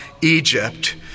Egypt